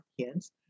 kids